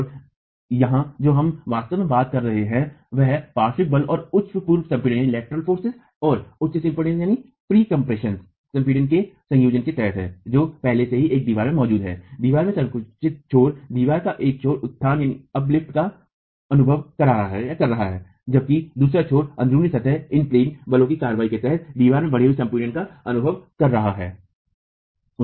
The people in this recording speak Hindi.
और यहाँ जो हम वास्तव में बात कर रहे हैं वह पार्श्व बल और उच्च पूर्व संपीड़न के संयोजन के तहत है जो पहले से ही एक दीवार में मौजूद है दीवार के संकुचित छोर दीवार का एक छोर उत्थान का अनुभव कर रहा है जबकि दूसरा छोर अन्ध्रुनी सतह बलों की कार्रवाई के तहत दीवार बढ़ी हुई संपीड़न का अनुभव कर रहा है